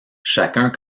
chacun